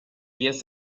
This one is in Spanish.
pies